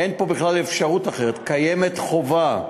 אין פה בכלל אפשרות אחרת, קיימת חובה,